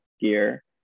gear